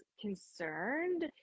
concerned